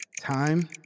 Time